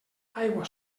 aigua